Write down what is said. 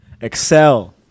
excel